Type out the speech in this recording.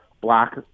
black